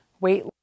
weight